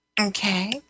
Okay